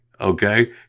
okay